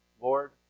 Lord